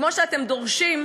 כמו שאתם דורשים,